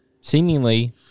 seemingly